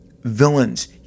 villains